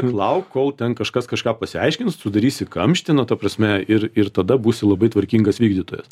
lauk kol ten kažkas kažką pasiaiškins tu darysi kamštį nu ta prasme ir ir tada būsi labai tvarkingas vykdytojas